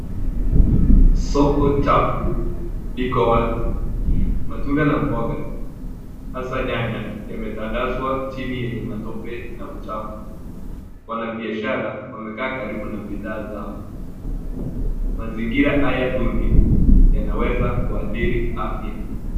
Soko chafu liko wazi. Matunda na mboga hasa nyanya yametandazwa chini yenye matope na uchafu. Wanabiashara wamekaa karibu na bidhaa zao. Mazingira haya duni yanaweza kuathiri afya.